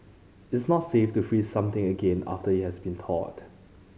its not safe to freeze something again after it has been thawed